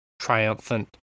triumphant